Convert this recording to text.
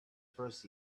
first